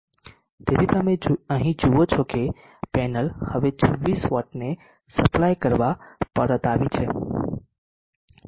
તેથી તમે અહીં જુઓ છો કે પેનલ હવે 26 વોટને સપ્લાય કરવા પરત આવી છે